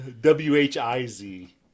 w-h-i-z